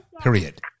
period